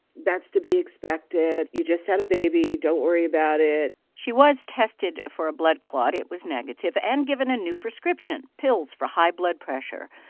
that's to be expected. you just had a baby. don't worry about it she was tested for a blood clot it was negative and given a new prescription, pills for high blood pressure.